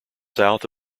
south